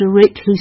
directly